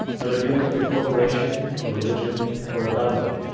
whether dealing with a corporation, a religion or a government,